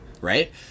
right